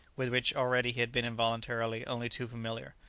with which already he had been involuntarily only too familiar.